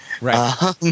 right